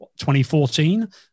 2014